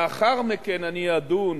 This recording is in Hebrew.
לאחר מכן אני אדון